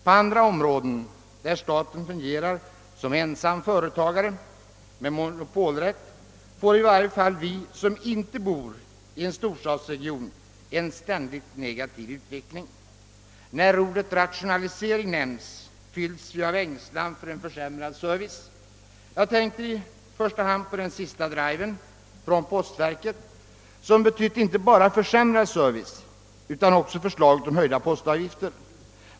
På andra områden, där staten fungerar som ensam företagare med monopolrätt, får i varje fall vi som inte bor i en storstadsregion erfara en ständig negativ utveckling. När ordet rationalisering nämns fylls vi av ängslan för en försämrad service. Jag tänker i första hand på den senaste driven från postverket, som betytt inte bara försämrad service utan också förslag om höjning av postavgifterna.